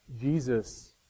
Jesus